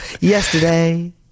Yesterday